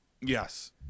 Yes